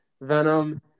Venom